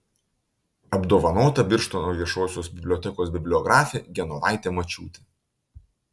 apdovanota birštono viešosios bibliotekos bibliografė genovaitė mačiūtė